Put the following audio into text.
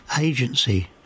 agency